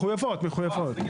מחויבות, מחויבות.